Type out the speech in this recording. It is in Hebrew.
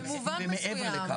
זה מעבר לכך.